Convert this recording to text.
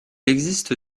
existe